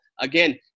Again